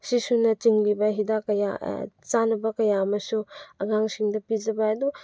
ꯁꯤꯁꯨꯅꯆꯤꯡꯉꯤꯕ ꯍꯤꯗꯥꯛ ꯀꯌꯥ ꯆꯥꯅꯕ ꯀꯌꯥ ꯑꯃꯁꯨ ꯑꯉꯥꯡꯁꯤꯡꯗ ꯄꯤꯖꯕ ꯌꯥꯏ ꯑꯗꯨ